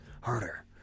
harder